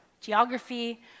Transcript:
geography